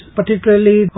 particularly